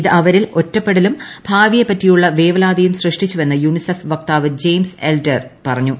ഇത് അവരിൽ ഒറ്റപ്പെടലും ഭാവിയെപ്പറ്റിയുള്ള വേവലാതിയും സൃഷ്ടിച്ചുവെന്ന് യുണിസെഫ് വക്താവ് ജെയിംസ് എൽഡർ പറഞ്ഞു